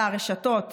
הרשתות